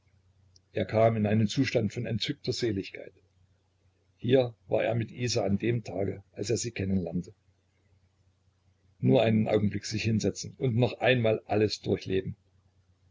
er kam in einen zustand von entzückter seligkeit hier war er mit isa an dem tage als er sie kennen lernte nur einen augenblick sich hinsetzen und noch einmal alles durchleben